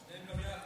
שניהם גם יחד.